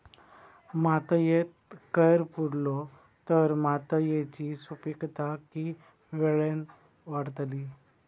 मातयेत कैर पुरलो तर मातयेची सुपीकता की वेळेन वाडतली?